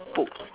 put